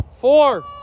four